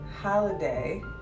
holiday